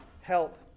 help